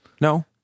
No